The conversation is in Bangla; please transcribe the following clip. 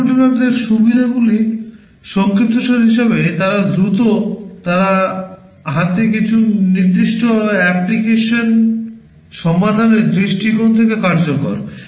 মাইক্রোকন্ট্রোলারদের সুবিধাগুলির সংক্ষিপ্তসার হিসাবে তারা দ্রুত তারা তাতে কিছু নির্দিষ্ট অ্যাপ্লিকেশন সমাধানের দৃষ্টিকোণ থেকে কার্যকর